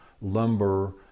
Lumber